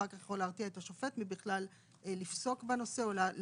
זה אחר כך יכול להרתיע את השופט מבכלל לפסוק בנושא או להרשיע,